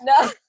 No